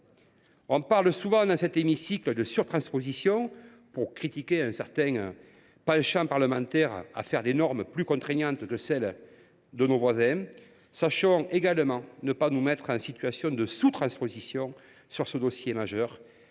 On parle souvent dans cet hémicycle de surtransposition pour critiquer un certain penchant parlementaire à voter des normes plus contraignantes que celles de nos voisins. Évitons également de nous mettre en situation de sous transposition dans ce domaine majeur.